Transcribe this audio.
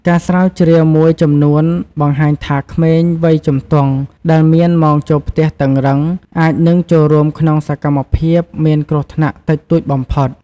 ការស្រាវជ្រាវមួយចំនួនបង្ហាញថាក្មេងវ័យជំទង់ដែលមានម៉ោងចូលផ្ទះតឹងរឹង អាចនឹងចូលរួមក្នុងសកម្មភាពមានគ្រោះថ្នាក់តិចតួចបំផុត។